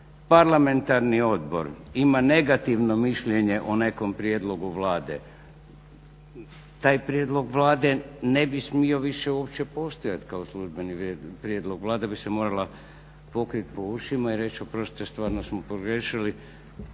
parlamentarni odbor ima negativno mišljenje o nekom prijedlogu Vlade taj prijedlog Vlade ne bi smio više uopće postojati kao službeni prijedlog. Vlada bi se morala pokriti po ušima i reći oprostite stvarno smo pogriješili,